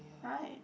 right